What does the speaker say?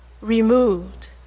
removed